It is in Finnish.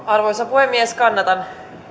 arvoisa puhemies kannatan